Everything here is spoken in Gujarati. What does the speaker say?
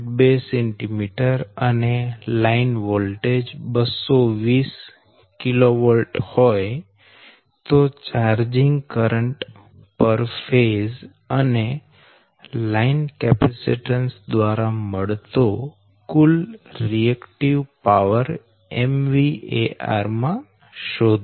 2 cm અને લાઈન વોલ્ટેજ 220 kV હોય તો ચાર્જિંગ કરંટ પર ફેઝ અને લાઈન કેપેસીટન્સ દ્વારા મળતો કુલ રિએકટીવ પાવર MVAR માં શોધો